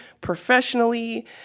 professionally